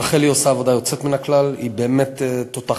רחלי עושה עבודה יוצאת מן הכלל, היא באמת תותחית,